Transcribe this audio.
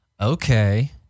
okay